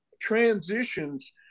transitions